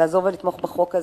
לעזור ולתמוך בחוק הזה.